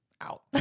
out